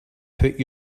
put